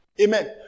Amen